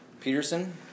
Peterson